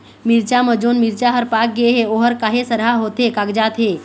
मिरचा म जोन मिरचा हर पाक गे हे ओहर काहे सरहा होथे कागजात हे?